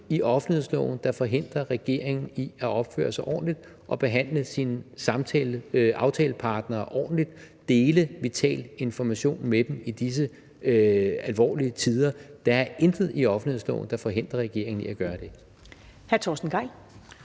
i offentlighedsloven, der forhindrer regeringen i at opføre sig ordentligt og behandle sine aftalepartnere ordentligt og dele vital information med dem i disse alvorlige tider. Der er intet i offentlighedsloven, der forhindrer regeringen i at gøre det.